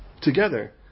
Together